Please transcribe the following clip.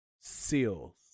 seals